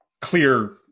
clear